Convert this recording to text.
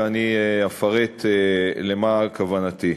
ואני אפרט למה כוונתי.